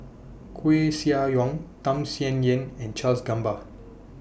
Koeh Sia Yong Tham Sien Yen and Charles Gamba